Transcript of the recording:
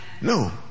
No